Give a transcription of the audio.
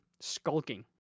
Skulking